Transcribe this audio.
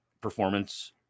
performance